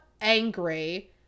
angry